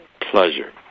pleasure